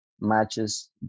matches